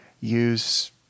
use